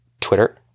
Twitter